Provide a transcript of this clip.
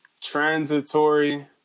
transitory